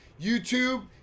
YouTube